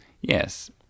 Yes